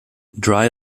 dry